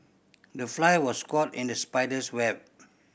the fly was caught in the spider's web